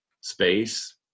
space